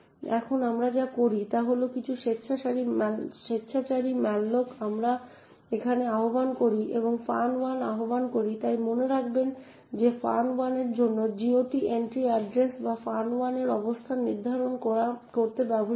এখন আমরা যা করি তা হল কিছু স্বেচ্ছাচারী malloc আমরা এখানে আহ্বান করি এবং ফান 1 আহ্বান করি তাই মনে রাখবেন যে ফান 1 এর জন্য GOT এন্ট্রি এড্রেস বা ফান 1 এর অবস্থান নির্ধারণ করতে ব্যবহৃত হয়